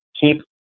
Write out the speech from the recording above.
keep